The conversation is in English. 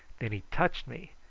then he touched me,